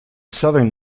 southern